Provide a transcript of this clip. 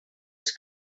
els